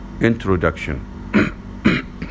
Introduction